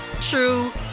true